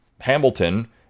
Hamilton